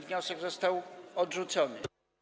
Wniosek został odrzucony.